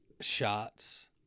shots